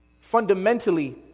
Fundamentally